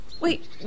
Wait